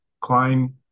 Klein